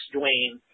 Dwayne